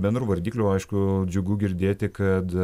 bendrų vardiklių aišku džiugu girdėti kad